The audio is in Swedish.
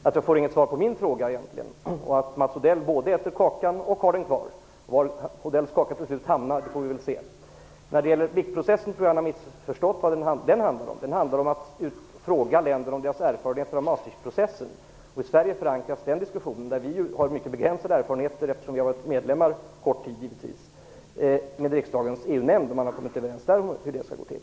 Fru talman! Jag konstaterar att jag egentligen inte får något svar på min fråga och att Mats Odell både äter kakan och har den kvar. Var den kakan till slut hamnar får vi väl se. Jag tror att Mats Odell har missförstått vad biktprocessen handlar om. Den innefattar att fråga länderna om deras erfarenheter av Maastrichtprocessen. I Sverige förankras den processen - som vi givetvis har mycket begränsade erfarenheter av, eftersom vi har varit medlemmar under kort tid - med riksdagens EU nämnd, och man har där kommit överens om hur det skall gå till.